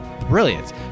brilliant